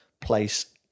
place